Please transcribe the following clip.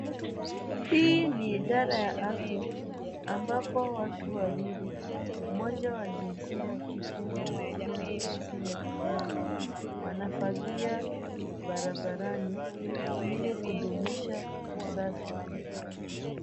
Hii ni idara ya afya ambapo watu wawili moja wa jinsia ya kike na mwingine wa jinsia ya kiume wanafagia barabarani ili kudumisha usafi.